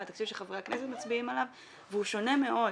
מהציבור שחברי הכנסת מצביעים עליו והוא שונה מאוד